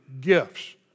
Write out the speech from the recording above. gifts